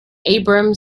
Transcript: abram